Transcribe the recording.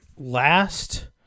last